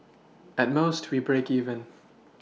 at most we break even